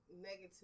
negative